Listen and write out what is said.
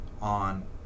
on